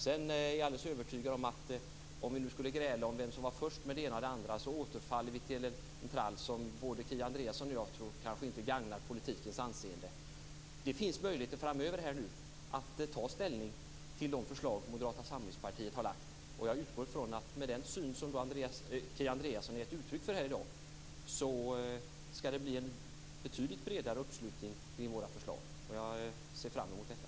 Vidare är jag alldeles övertygad om att vi, om vi skulle gräla om vem som varit först med det ena och det andra, återfaller i en trall som både Kia Andreasson och jag inte tror gagnar politikens anseende. Det finns framöver möjligheter att ta ställning till de förslag som Moderata samlingspartiet har lagt fram. Jag utgår från att vi med den syn som Kia Andreasson har gett uttryck för i dag skall få en betydligt bredare uppslutning kring våra förslag. Jag ser fram emot detta.